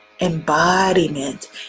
embodiment